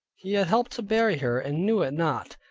he had helped to bury her, and knew it not.